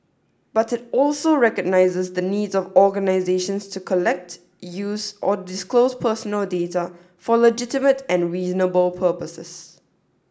but it also recognises the needs of organisations to collect use or disclose personal data for legitimate and reasonable purposes